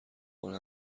مامان